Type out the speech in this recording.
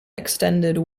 extended